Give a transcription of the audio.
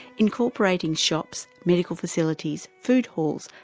incorporating shops, medical facilities, food halls,